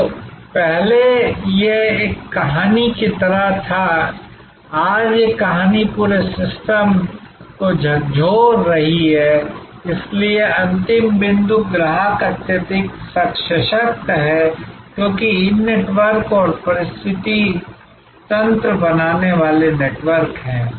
तो पहले यह एक कहानी की तरह था आज यह कहानी पूरे सिस्टम को झकझोर रही है इसलिए अंतिम बिंदु ग्राहक अत्यधिक सशक्त है क्योंकि इन नेटवर्क और पारिस्थितिकी तंत्र बनाने वाले नेटवर्क हैं